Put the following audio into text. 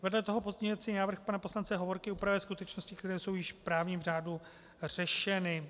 Vedle toho pozměňovací návrh pana poslance Hovorky upravuje skutečnosti, které jsou již v právním řádu řešeny.